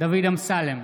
דוד אמסלם,